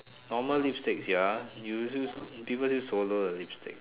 normal lipsticks ya you use people just swallow the lipstick